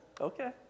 okay